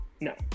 no